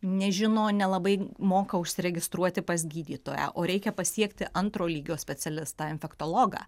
nežino nelabai moka užsiregistruoti pas gydytoją o reikia pasiekti antro lygio specialistą infektologą